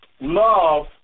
love